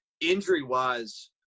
injury-wise